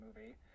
movie